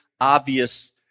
obvious